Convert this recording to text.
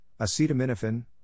acetaminophen